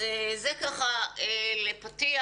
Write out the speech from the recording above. זה לפתיח.